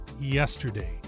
yesterday